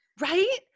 Right